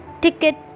ticket